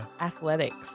athletics